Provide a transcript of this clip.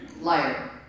Liar